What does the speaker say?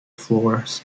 floors